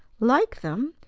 like them!